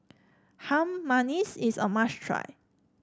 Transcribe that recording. Harum Manis is a must try